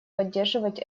поддерживать